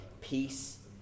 peace